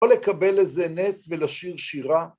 ‫או לקבל איזה נס ולשיר שירה.